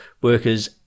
workers